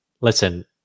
listen